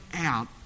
out